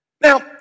Now